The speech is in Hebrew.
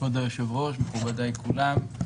כבוד היושב-ראש, מכובדיי כולם,